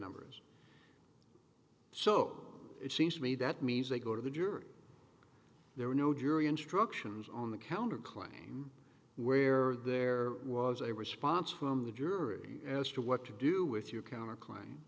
numbers so it seems to me that means they go to the jury there are no jury instructions on the counterclaim where there was a response from the jury as to what to do with your counter